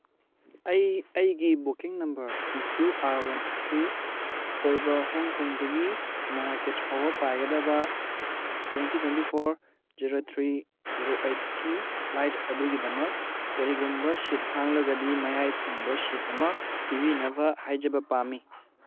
ꯑꯩ ꯑꯩꯒꯤ booking number P Q R one two three ꯑꯣꯏꯕ ꯍꯣꯡꯀꯣꯡꯗꯒꯤ ꯃꯔꯥꯀꯦꯠꯁ ꯐꯥꯎꯕ ꯄꯥꯏꯒꯗꯕ twenty twenty four zero three zero ꯑꯩꯠꯀꯤ ꯐ꯭ꯂꯥꯏꯠ ꯑꯗꯨꯒꯤꯗꯃꯛ ꯀꯔꯤꯒꯨꯝꯕ ꯁꯤꯠ ꯍꯥꯡꯂꯒꯗꯤ ꯃꯌꯥꯏ ꯊꯪꯕ ꯁꯤꯠ ꯑꯃ ꯄꯤꯕꯤꯅꯕ ꯍꯥꯏꯖꯕ ꯄꯥꯝꯃꯤ